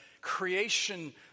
creation